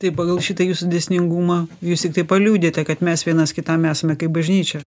tai pagal šitą jūsų dėsningumą jūs tiktai paliudijate kad mes vienas kitam esame kaip bažnyčia